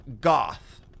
Goth